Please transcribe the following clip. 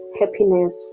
happiness